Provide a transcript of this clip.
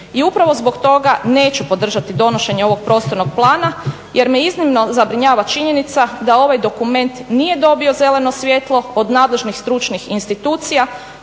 I upravo zbog toga neću podržati donošenje ovog prostornog plana jer me iznimno zabrinjava činjenica da ovaj dokument nije dobio zeleno svijetlo od nadležnih stručnih institucija,